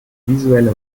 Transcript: visuelle